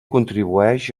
contribueix